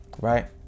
right